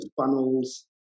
funnels